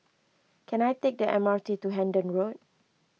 can I take the M R T to Hendon Road